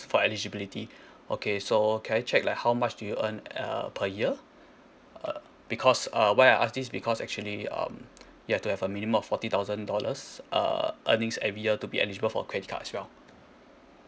for eligibility okay so can I check like how much do you earn uh per year because uh why I ask this because actually um you have to have a minimum of forty thousand dollars uh earnings every year to be eligible for credit card as well